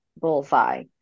bullseye